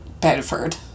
Bedford